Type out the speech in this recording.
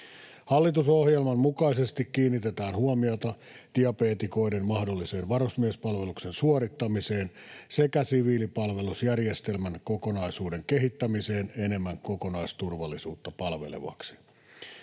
Hallitusohjelman mukaisesti kiinnitetään huomiota diabeetikoiden mahdolliseen varusmiespalveluksen suorittamiseen sekä siviilipalvelusjärjestelmän kokonaisuuden kehittämiseen enemmän kokonaisturvallisuutta palvelevaksi.